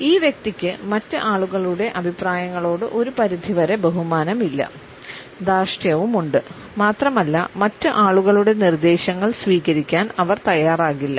ഈ വ്യക്തിക്ക് മറ്റ് ആളുകളുടെ അഭിപ്രായങ്ങളോട് ഒരു പരിധിവരെ ബഹുമാനമില്ല ധാർഷ്ട്യവുമുണ്ട് മാത്രമല്ല മറ്റ് ആളുകളുടെ നിർദ്ദേശങ്ങൾ സ്വീകരിക്കാൻ അവർ തയ്യാറാകില്ല